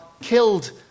killed